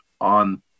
on